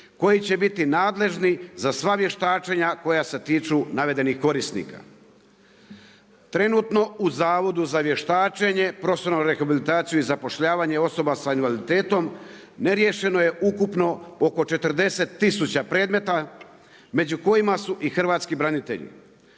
koji će biti nadležni za sva vještačenja koja se tiču navedenih korisnika. Trenutno u Zavodu za vještačenje, profesionalnu rehabilitaciju i zapošljavanje osoba sa invaliditetom, neriješeno je ukupno oko 40000 predmeta, među kojima su i hrvatski branitelji.